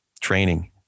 training